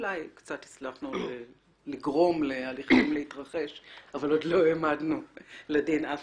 אולי קצת הצלחנו לגרום להליכים להתרחש אבל לא העמדנו אף אחד לדין.